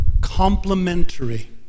complementary